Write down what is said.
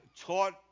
taught